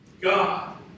God